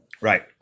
Right